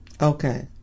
Okay